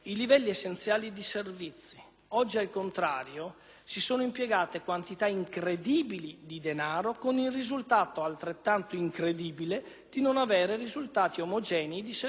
Oggi, al contrario, si sono impiegate quantità incredibili di denaro, con il risultato altrettanto incredibile di non avere risultati omogenei di servizi nel territorio.